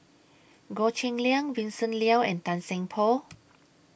Goh Cheng Liang Vincent Leow and Tan Seng Poh